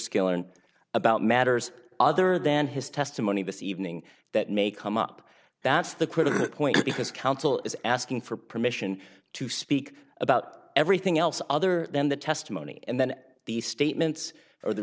skilling about matters other than his testimony this evening that may come up that's the critical point because counsel is asking for permission to speak about everything else other than the testimony and then the statements or the